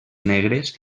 negres